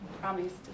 promised